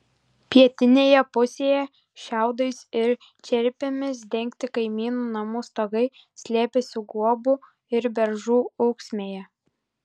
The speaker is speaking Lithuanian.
pietinėje pusėje šiaudais ir čerpėmis dengti kaimynų namų stogai slėpėsi guobų ir beržų ūksmėje